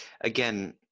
Again